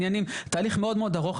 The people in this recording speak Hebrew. עניינים תהליך מאוד מאוד ארוך.